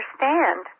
understand